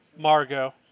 Margot